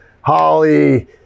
Holly